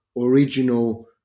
original